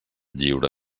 lliure